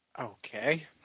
Okay